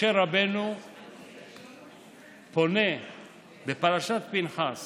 משה רבנו פונה בפרשת פינחס